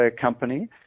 company